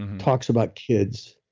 talks about kids.